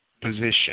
position